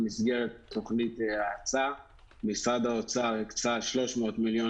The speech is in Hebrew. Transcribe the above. במסגרת תוכנית האצה משרד האוצר הקצה 300 מיליון